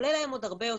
עולה להם עוד הרבה יותר.